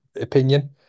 opinion